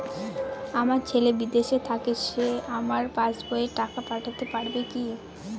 আমার ছেলে বিদেশে থাকে সে আমার পাসবই এ টাকা পাঠাতে পারবে কি?